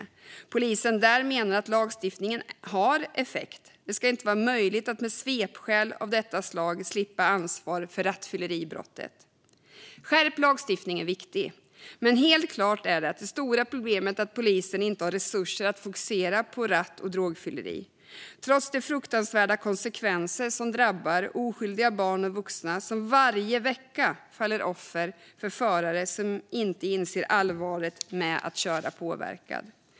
Polisen där menar att lagstiftningen har effekt. Det ska inte vara möjligt att med svepskäl av detta slag slippa undan ansvar för rattfylleribrott. En skärpt lagstiftning är viktig, men helt klart är att det stora problemet är att polisen inte har resurser att fokusera på ratt och drograttfylleri, trots de fruktansvärda konsekvenserna för de oskyldiga barn och vuxna som varje vecka faller offer för förare som inte inser allvaret med att köra påverkad.